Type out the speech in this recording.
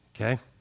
okay